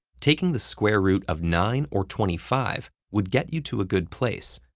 taking the square root of nine or twenty five would get you to a good place,